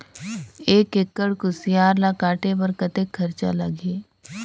एक एकड़ कुसियार ल काटे बर कतेक खरचा लगही?